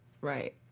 right